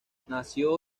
nació